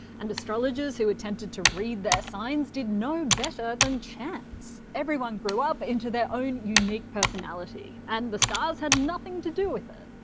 and astrologers who attempted to read their signs did no better than chance. everyone grew up into their own unique personality, and the stars had nothing to do with it.